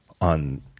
on